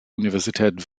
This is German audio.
universität